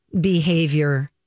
behavior